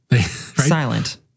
Silent